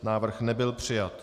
Návrh byl přijat.